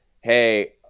hey